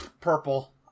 Purple